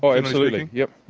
absolutely, yes.